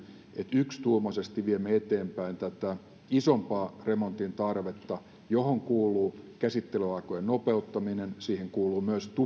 että yksituumaisesti viemme eteenpäin tätä isompaa remontin tarvetta johon kuuluu käsittelyaikojen nopeuttaminen siihen kuuluu myös